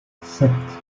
sept